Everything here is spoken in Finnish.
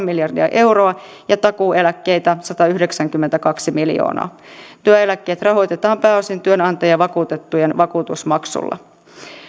miljardia euroa ja takuueläkkeitä satayhdeksänkymmentäkaksi miljoonaa työeläkkeet rahoitetaan pääosin työnantajien ja vakuutettujen vakuutusmaksulla